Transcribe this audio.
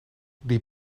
die